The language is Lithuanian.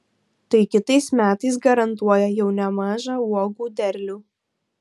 tai kitais metais garantuoja jau nemažą uogų derlių